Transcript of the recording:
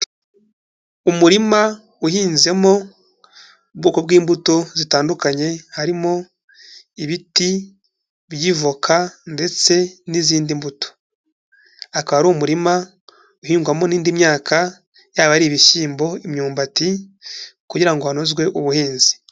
Umurima uhinzemo ubwoko bw'imbuto zitandukanye harimo ibiti by'ivoka ndetse n'izindi mbuto, akaba ari umurima uhingwamo n'indi myaka, yaba ari ibishyimbo, imyumbati kugira ngo hanozwe ubuhinzi.